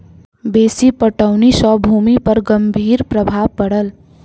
बेसी पटौनी सॅ भूमि पर गंभीर प्रभाव पड़ल